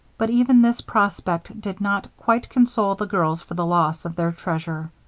but even this prospect did not quite console the girls for the loss of their treasure.